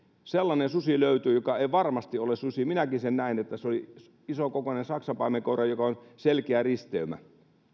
sellainen susi löytyi joka ei varmasti ole susi minäkin sen näin että se oli isokokoinen saksanpaimenkoira joka on selkeä risteymä